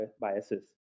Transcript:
biases